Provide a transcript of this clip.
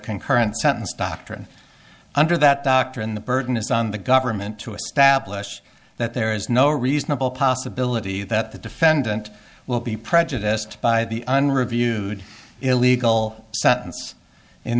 concurrent sentence doctrine under that doctrine the burden is on the government to establish that there is no reasonable possibility that the defendant will be prejudiced by the un reviewed illegal